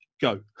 go